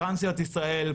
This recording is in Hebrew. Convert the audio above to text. טרנסיות ישראל,